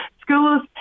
schools